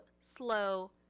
slow